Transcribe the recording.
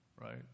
right